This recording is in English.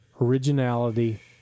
originality